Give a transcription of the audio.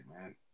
man